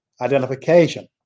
Identification